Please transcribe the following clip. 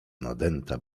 nadęta